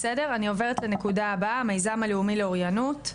אני עוברת לנקודה הבאה, המיזם הלאומי לאוריינות,